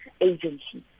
agencies